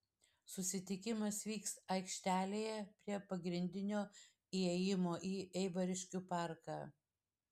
susitikimas vyks aikštelėje prie pagrindinio įėjimo į eibariškių parką